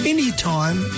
Anytime